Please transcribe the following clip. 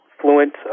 Fluent